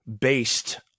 based